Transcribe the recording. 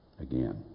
again